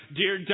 dear